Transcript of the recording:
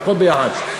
הכול ביחד.